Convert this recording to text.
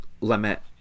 limit